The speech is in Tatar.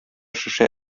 шешә